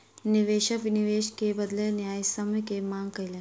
निवेशक निवेश के बदले न्यायसम्य के मांग कयलैन